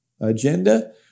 agenda